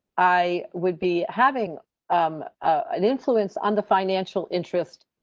i would be having um an influence on the financial interest.